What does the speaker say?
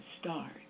start